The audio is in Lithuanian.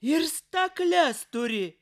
ir stakles turi